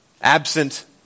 Absent